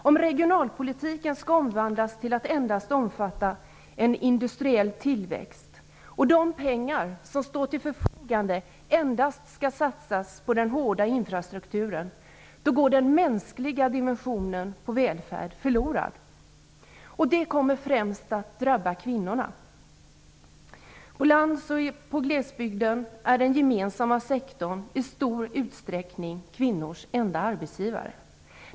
Om regionalpolitiken skall omvandlas till att endast omfatta industriell tillväxt och om de pengar som står till förfogande endast skall satsas på den hårda infrastrukturen går den mänskliga dimensionen på välfärd förlorad. Det kommer främst att drabba kvinnorna. På landsbygden och i glesbygden är den gemensamma sektorn i stor utsträckning kvinnors enda arbetsgivare.